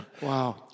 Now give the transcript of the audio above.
Wow